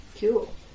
Cool